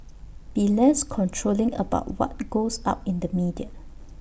be less controlling about what goes out in the media